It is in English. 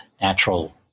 natural